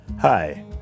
Hi